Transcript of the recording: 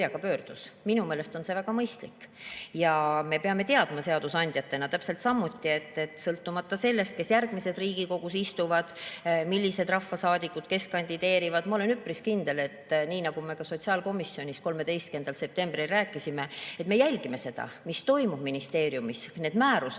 Minu meelest on see väga mõistlik. Ja me peame teadma seadusandjatena täpselt samuti, et sõltumata sellest, kes järgmises Riigikogus istuvad, millised rahvasaadikud, kes kandideerivad, ma olen üpris kindel, et nii nagu me ka sotsiaalkomisjonis 13. septembril rääkisime, me jälgime seda, mis toimub ministeeriumis, need määrused,